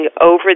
over